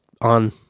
on